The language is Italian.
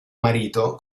marito